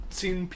seen